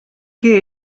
què